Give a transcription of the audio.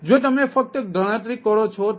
જો તમે ફક્ત ગણતરી કરો છો તો